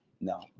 no